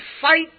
fight